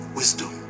wisdom